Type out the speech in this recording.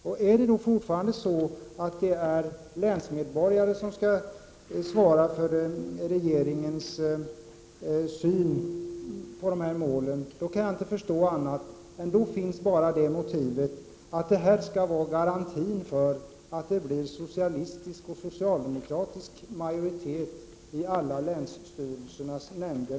Om det fortfarande är länsmedborgare som skall svara för regeringens syn när det gäller målsättningen, kan jag inte förstå annat än att det enda motiv som finns är att denna ändring skall vara garantin för att det skall vara socialistisk och socialdemokratisk majoritet i alla länsstyrelsernas nämnder.